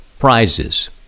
prizes